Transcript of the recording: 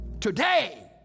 today